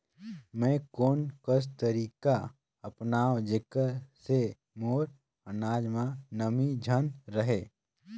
मैं कोन कस तरीका अपनाओं जेकर से मोर अनाज म नमी झन रहे?